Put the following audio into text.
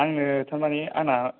आङो थारमानि आंना